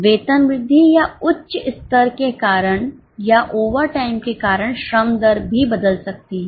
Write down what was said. वेतन वृद्धि या उच्च स्तर के कारण या ओवरटाइम के कारण श्रम दर भी बदल सकती है